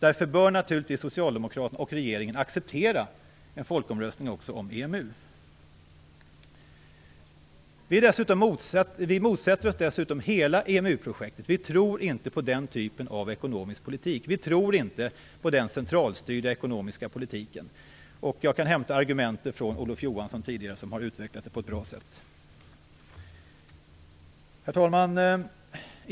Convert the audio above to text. Därför bör naturligtvis Socialdemokraterna och regeringen acceptera en folkomröstning också om EMU. Vi motsätter oss dessutom hela EMU-projektet. Vi tror inte på den typen av ekonomisk politik. Vi tror inte på den centralstyrda ekonomiska politiken. Jag kan hämta argumenten från Olof Johansson, som tidigare har utvecklat detta på ett bra sätt. Herr talman!